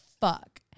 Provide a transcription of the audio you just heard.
fuck